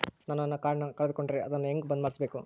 ನಾನು ನನ್ನ ಕಾರ್ಡನ್ನ ಕಳೆದುಕೊಂಡರೆ ಅದನ್ನ ಹೆಂಗ ಬಂದ್ ಮಾಡಿಸಬೇಕು?